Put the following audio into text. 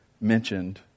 mentioned